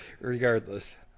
regardless